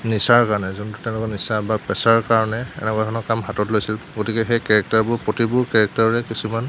নিচাৰ কাৰণে যোনটো তেওঁলোকৰ নিচা বা পেচাৰ কাৰণে এনেকুৱা ধৰণৰ কাম হাতত লৈছিল গতিকে সেই কেৰেক্টাৰবোৰ প্ৰতিটো কেৰেক্টাৰৰে কিছুমান